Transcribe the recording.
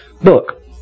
book